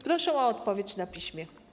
Proszę o odpowiedź na piśmie.